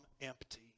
empty